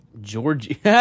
Georgie